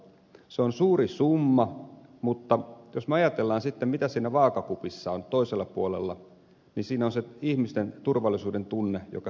se on suuri summa mutta jos me ajattelemme sitten mitä siinä vaakakupissa on toisella puolella niin siinä on se ihmisten turvallisuuden tunne joka saavutetaan